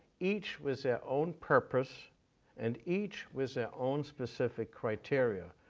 each with their own purpose and each with their own specific criteria,